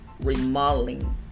remodeling